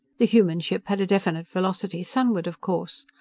the human ship had a definite velocity sunward, of course.